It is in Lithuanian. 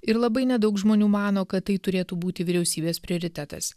ir labai nedaug žmonių mano kad tai turėtų būti vyriausybės prioritetas